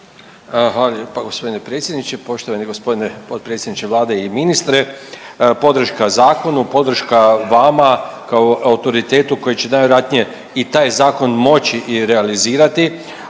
lijepa gospodine predsjedniče, poštovani gospodine potpredsjedniče Vlade i ministre. Podrška zakonu, podrška vama kao autoritetu koji će najvjerojatnije i taj zakon moći i realizirati.